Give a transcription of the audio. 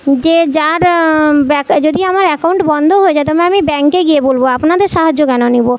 যে যার যদি আমার অ্যাকাউন্ট বন্ধ হয়ে যায় তবে আমি ব্যাঙ্কে গিয়ে বলবো আপনাদের সাহায্য কেন নিবো